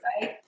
right